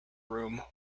room